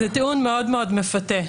זה טיעון מאוד-מאוד מפתה,